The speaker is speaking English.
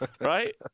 right